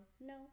no